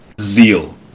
zeal